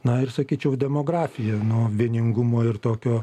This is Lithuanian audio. na ir sakyčiau demografija nuo vieningumo ir tokio